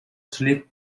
sleep